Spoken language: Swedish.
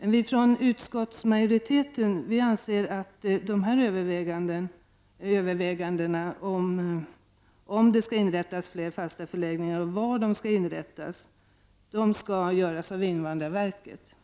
Viiutskottsmajoriteten anser att dessa överväganden om och var fler fasta förläggningar skall inrättas är en fråga som skall avgöras av invandrarverket.